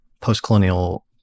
post-colonial